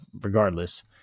regardless